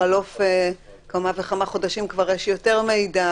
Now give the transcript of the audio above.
בחלוף כמה וכמה חודשים, כבר יש יותר מידע,